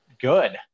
good